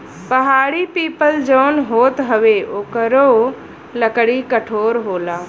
पहाड़ी पीपल जौन होत हउवे ओकरो लकड़ी कठोर होला